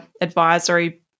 advisory